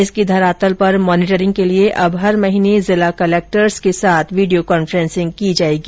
इसकी धरातल पर मॉनीटरिंग के लिए अब हर महीने जिला कलेक्टर्स के साथ वीडियो कॉन्फ्रेसिंग होगी